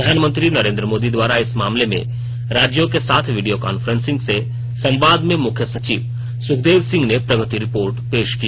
प्रधानमंत्री नरेंद्र मोदी द्वारा इस मामले में राज्यों के साथ वीडियो कांफ्रेंसिंग से संवाद में मुख्य सचिव सुखदेव सिंह ने प्रगति रिपोर्ट पेश की